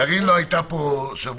קארין לא הייתה פה שבוע-שבועיים,